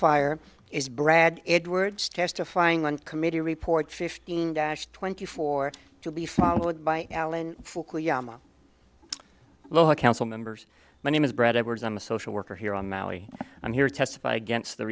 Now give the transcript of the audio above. testifier is brad edwards testifying one committee report fifteen twenty four to be followed by alan local council members my name is brett edwards i'm a social worker here on maui i'm here to testify against the